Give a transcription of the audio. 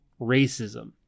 racism